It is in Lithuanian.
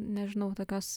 nežinau tokios